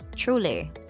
truly